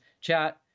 Chat